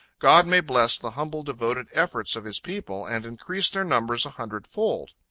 god may bless the humble devoted efforts of his people, and increase their numbers a hundred fold.